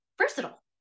versatile